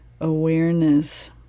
awareness